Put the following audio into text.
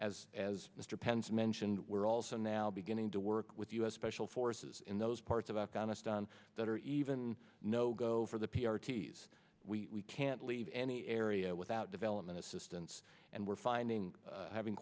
as as mr pence mentioned we're also now beginning to work with u s special forces in those parts of afghanistan that are even no go for the p r t's we can't leave any area without development assistance and we're finding having